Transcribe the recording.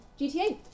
GTA